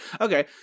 Okay